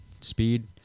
Speed